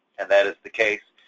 and that is the case,